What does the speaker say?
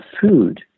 food